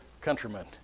countrymen